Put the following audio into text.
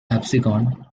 absecon